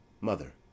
Mother